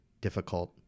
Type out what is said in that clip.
difficult